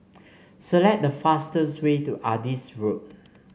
select the fastest way to Adis Road